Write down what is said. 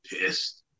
pissed